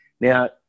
Now